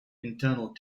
internal